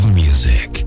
music